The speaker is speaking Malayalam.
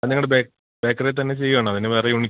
അത് നിങ്ങളുടെ ബേക്കറി തന്നെ ചെയ്യാണോ അതിനു വേറെ യൂണിറ്റുണ്ടോ